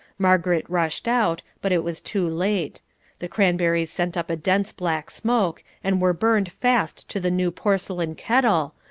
margaret rushed out, but it was too late the cranberries sent up a dense black smoke, and were burned fast to the new porcelain kettle,